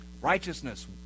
righteousness